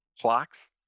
clocks